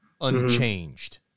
unchanged